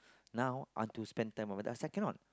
now I want to spend time with the second one